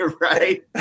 Right